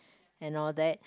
and all that